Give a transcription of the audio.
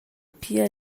pia